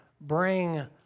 bring